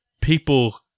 people